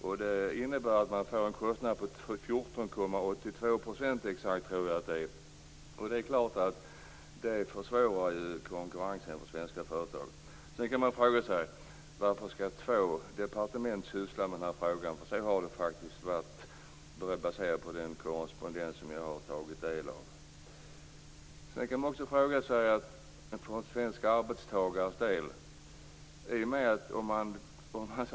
Det innebär en kostnad på 14,82 %, tror jag. Detta försvårar helt klart konkurrensen för svenska företag. Man kan fråga sig varför två departement skall syssla med frågan. Så har det faktiskt varit; detta baserat på den korrespondens som jag har tagit del av. Man kan också fråga sig hur det blir för svenska arbetstagares del.